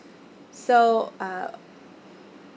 so uh